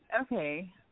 Okay